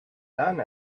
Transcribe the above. done